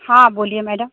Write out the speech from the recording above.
हाँ बोलिए मैडम